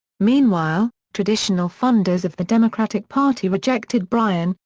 meanwhile, traditional funders of the democratic party rejected bryan,